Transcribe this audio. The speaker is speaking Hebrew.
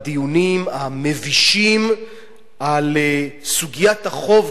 בדיונים המבישים על סוגיית החוב,